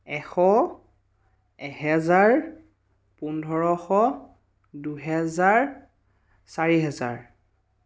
এশ এহেজাৰ পোন্ধৰশ দুজেহাৰ চাৰি হেজাৰ